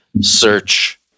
search